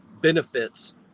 benefits